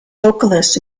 vocalists